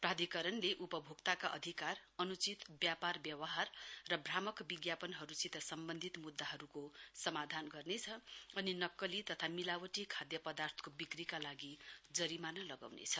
प्राधिकराणले उपभोक्ताका अधिकार अन्चित व्यापार ब्यवहार र भ्रमक विज्ञापनहरूसित सम्वन्धित म्द्दाहरूको समाधान गर्नेछ अनि नक्कली तथा मिलावटी खाध प्रर्दाथको बिक्रीका लागि जरिमाना लगाउनेछ